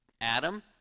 Adam